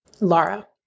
Laura